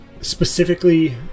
specifically